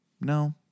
No